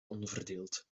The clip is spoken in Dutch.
onverdeeld